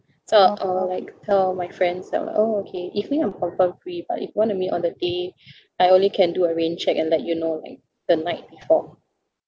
so I will like tell all my friends I'm like okay evening I'm confirm free but if you wanna meet on the day I only can do a raincheck and let you know like the night before